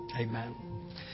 Amen